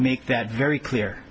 make that very clear